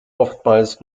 oftmals